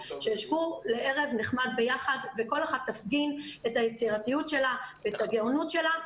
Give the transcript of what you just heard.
שישבו לערב נחמד ביחד וכל אחת תפגין את היצירתיות שלה ואת הגאונות שלה,